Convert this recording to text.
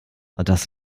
das